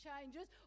changes